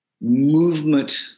movement